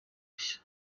rushya